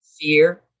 fear